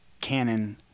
canon